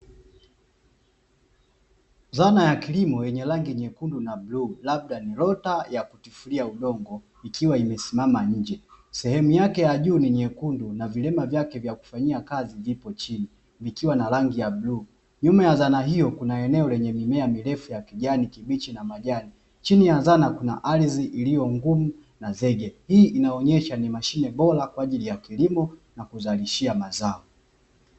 Zana ya kilimo yenye rangi nyekundu na blue labda ni rota ya kutifulia udongo, ikiwa imesimama nje sehemu yake ya juu ni nyekundu na vilema vyake vya kufanyia kazi ndipo chini vikiwa na rangi ya blue, nyuma ya zana hiyo kuna eneo lenye mimea mirefu ya kijani kibichi na majani, chini ya zana kuna ardhi iliyo ngumu na zege hii inaonyesha ni mashine bora kwa ajili ya kilimo na kuzalishia mazao.